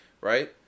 right